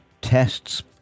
tests